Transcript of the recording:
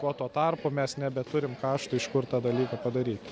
ko tuo tarpu mes nebeturim kaštų iš kur tą dalyką padaryt